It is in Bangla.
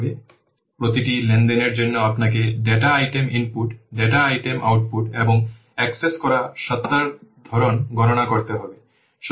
সুতরাং প্রতিটি লেনদেনের জন্য আপনাকে data item input data item output এবং অ্যাক্সেস করা সত্তার ধরন গণনা করতে হবে